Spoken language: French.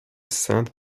sainte